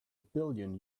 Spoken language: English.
billion